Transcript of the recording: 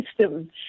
system